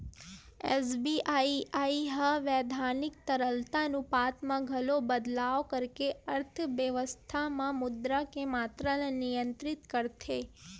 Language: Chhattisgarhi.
आर.बी.आई ह बैधानिक तरलता अनुपात म घलो बदलाव करके अर्थबेवस्था म मुद्रा के मातरा ल नियंत्रित करथे